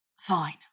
Fine